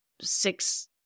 six